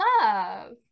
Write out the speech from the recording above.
Love